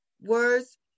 words